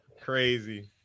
Crazy